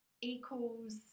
equals